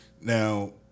Now